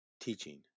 teaching